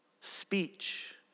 speech